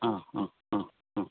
आं आं आं आं